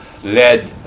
led